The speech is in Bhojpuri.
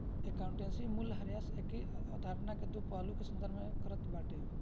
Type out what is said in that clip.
अकाउंटेंसी में मूल्यह्रास एकही अवधारणा के दो पहलू के संदर्भित करत बाटे